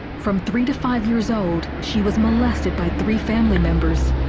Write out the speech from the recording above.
from three to five years old, she was molested by three family members.